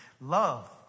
Love